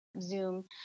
Zoom